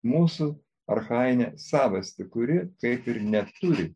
mūsų archajinę savastį kuri kaip ir neturi